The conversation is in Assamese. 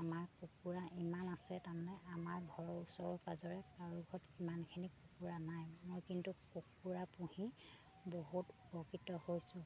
আমাৰ কুকুৰা ইমান আছে তাৰমানে আমাৰ ঘৰৰ ওচৰৰে পাজৰে কাৰো ঘৰত ইমানখিনি কুকুৰা নাই মই কিন্তু কুকুৰা পুহি বহুত উপকৃত হৈছোঁ